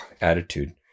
attitude